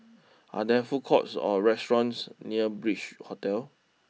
are there food courts or restaurants near Beach Hotel